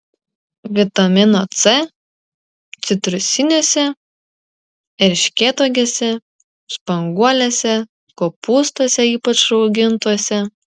vitamino c citrusiniuose erškėtuogėse spanguolėse kopūstuose ypač raugintuose